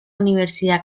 universidad